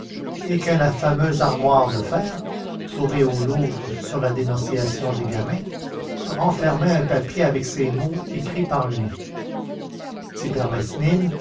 et que la fameuse armoire de fer trouvée au louvre sur la dénonciation de gamain renfermait un papier avec ces mots écrits par lui